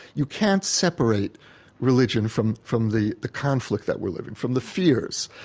you can't separate religion from from the the conflict that we're living, from the fears.